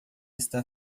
está